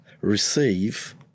receive